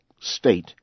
state